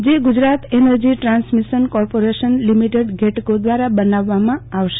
જે Gujarat energy transmission corporation limited ગેટકો દવારા બનાવવામાં આવશે